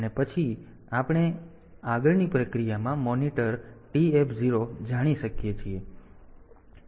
તેથી આપણે આગળની પ્રક્રિયામાં મોનિટર TF 0 જાણી શકીએ છીએ